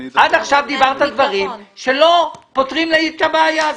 עד עכשיו אמרת דברים שלא פותרים לי את הבעיה.